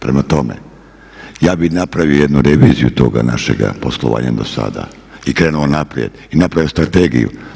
Prema tome, ja bih napravio jednu reviziju toga našeg poslovanja dosada i krenuo naprijed i napravio strategiju.